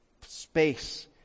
space